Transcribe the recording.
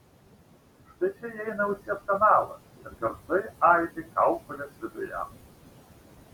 štai čia įeina ausies kanalas ir garsai aidi kaukolės viduje